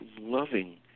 loving